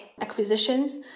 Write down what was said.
acquisitions